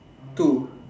two